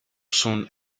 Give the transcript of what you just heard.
soon